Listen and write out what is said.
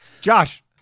Josh